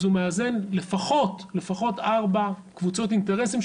אז הוא מאזן לפחות 4 קבוצות אינטרסים,